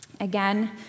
Again